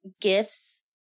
gifts